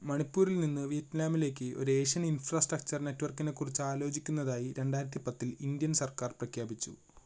മണിപ്പൂരിൽ നിന്ന് വിയറ്റ്നാമിലേക്ക് ഒരു ഏഷ്യൻ ഇൻഫ്രാസ്ട്രക്ചർ നെറ്റ്വർക്കിനെ കുറിച്ച് ആലോചിക്കുന്നതായി രണ്ടായിരത്തി പത്തിൽ ഇൻഡ്യൻ സർക്കാർ പ്രഖ്യാപിച്ചു